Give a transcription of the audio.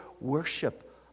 worship